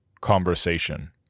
conversation